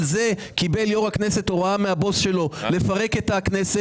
על זה קיבל יו"ר הכנסת הוראה מן הבוס שלו לפרק את הכנסת.